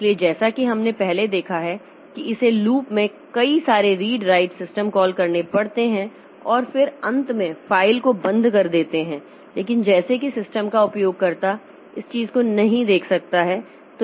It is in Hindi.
इसलिए जैसा कि हमने पहले देखा है कि इसे लूप में कई सारे रीड राइट सिस्टम कॉल करने पड़ते हैं और फिर अंत में फाइल को बंद कर देते हैं लेकिन जैसे कि सिस्टम का उपयोगकर्ता इस चीज को नहीं देख सकता है